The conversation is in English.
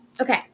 Okay